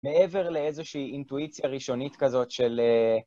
מעבר לאיזושהי אינטואיציה ראשונית כזאת של...